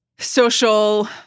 social